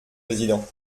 président